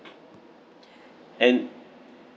and